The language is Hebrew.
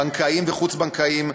בנקאיים וחוץ-בנקאיים,